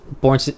born